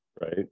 right